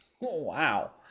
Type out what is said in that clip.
Wow